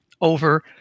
over